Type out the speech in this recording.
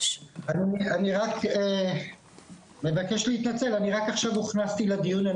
אני מבקש להתנצל, אני רק עכשיו נכנסתי לדיון.